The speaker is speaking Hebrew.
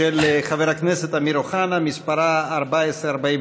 של חבר הכנסת אמיר אוחנה, מספרה 1443: